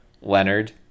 leonard